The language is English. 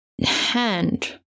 hand